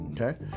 okay